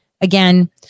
again